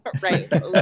Right